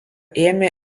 ėmė